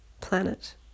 planet